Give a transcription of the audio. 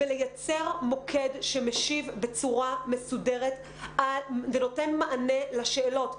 ולייצר מוקד שמשיב בצורה מסודרת ונותן מענה לשאלות.